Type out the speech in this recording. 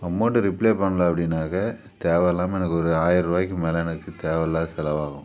amount replay பண்ணல அப்படின்னாக்கா தேவயில்லாம எனக்கு ஒரு ஆயரூபாய்க்கு மேலே எனக்கு தேவயில்லாத செலவாகும்